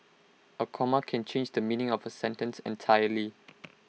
A comma can change the meaning of A sentence entirely